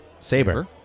Saber